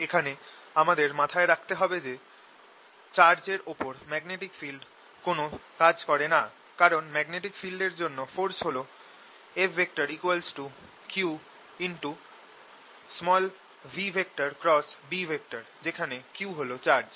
এখানে আমাদের মাথায় রাখতে হবে যে - চার্জ এর ওপর ম্যাগনেটিক ফিল্ড কোন কাজ করে না কারণ ম্যাগনেটিক ফিল্ড এর জন্য ফোরস হল Fq যেখানে q হল চার্জ